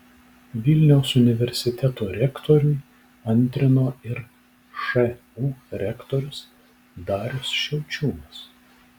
vilniaus universiteto rektoriui antrino ir šu rektorius darius šiaučiūnas